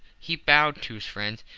he bowed to his friends,